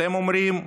אתם אומרים: